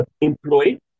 employed